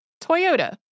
Toyota